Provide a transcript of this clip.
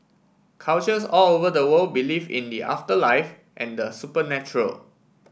cultures all over the world believe in the afterlife and the supernatural